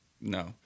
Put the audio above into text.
No